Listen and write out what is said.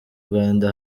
rwanda